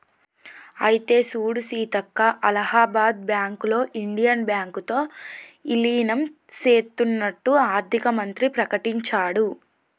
అయితే సూడు సీతక్క అలహాబాద్ బ్యాంకులో ఇండియన్ బ్యాంకు తో ఇలీనం సేత్తన్నట్టు ఆర్థిక మంత్రి ప్రకటించాడు